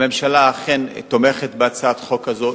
הממשלה אכן תומכת בהצעת החוק הזו,